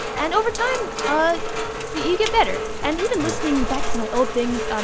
and over time ah you get better. and even listening back to my old things.